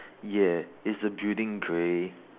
ya is the building grey